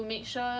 that's that